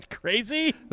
crazy